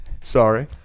Sorry